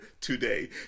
today